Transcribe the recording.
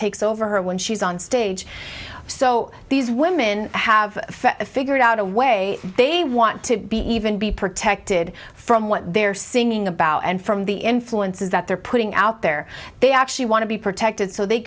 takes over her when she's on stage so these women have figured out a way they want to be even be protected from what they're singing about and from the influences that they're putting out there they actually want to be protected so they